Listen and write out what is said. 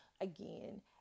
again